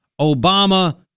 Obama